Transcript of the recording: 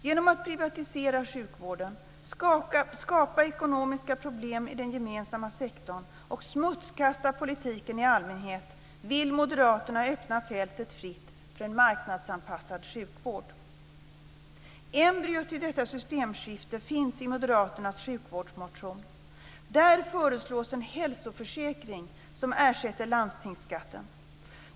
Genom att privatisera sjukvården, skapa ekonomiska problem i den gemensamma sektorn och smutskasta politiken i allmänhet vill moderaterna öppna fältet för en marknadsanpassad sjukvård. Embryot till detta systemskifte finns i moderaternas sjukvårdsmotion. Där föreslås en hälsoförsäkring, som ersätter landstingsskatten.